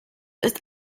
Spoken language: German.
ist